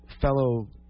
fellow